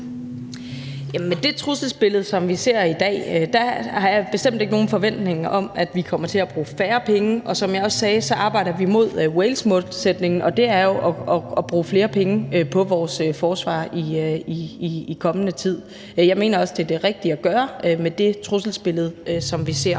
med det trusselsbillede, som vi ser i dag, har jeg bestemt ikke nogen forventning om, at vi kommer til at bruge færre penge. Og som jeg også sagde, arbejder vi hen mod Walesmålsætningen, og det er jo at bruge flere penge på vores forsvar i den kommende tid. Jeg mener også, det er det rigtige at gøre med det trusselsbillede, som vi ser.